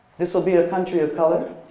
this will be a country of color,